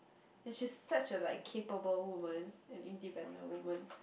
and she's such a like capable woman and independent woman